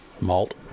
malt